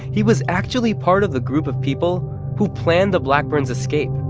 he was actually part of the group of people who planned the blackburns' escape.